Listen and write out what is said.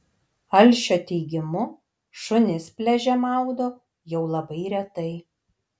alšio teigimu šunis pliaže maudo jau labai retai